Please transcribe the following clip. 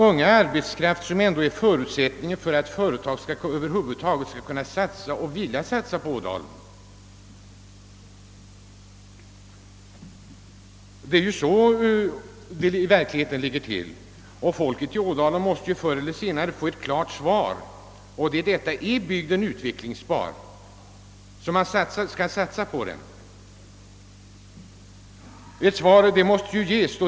Ungdomen är ju ändå en förutsättning för att företag skall kunna och vilja satsa på Ådalen. Folket däruppe måste ju förr eller senare få ett klart svar på frågan: Är bygden utvecklingsbar så att man kan satsa på den?